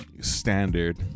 standard